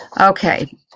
Okay